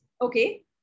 okay